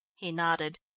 he nodded.